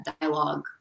dialogue